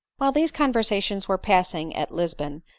while these conversations were passing at lisbon,